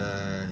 uh